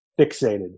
fixated